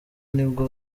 nibwo